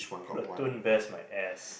platoon best my ass